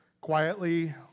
quietly